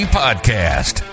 podcast